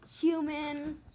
human